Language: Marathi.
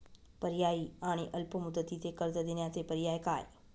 पर्यायी आणि अल्प मुदतीचे कर्ज देण्याचे पर्याय काय?